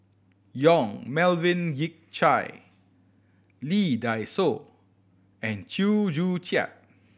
Yong Melvin Yik Chye Lee Dai Soh and Chew Joo Chiat